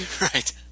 right